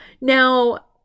now